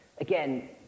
again